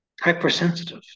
Hypersensitive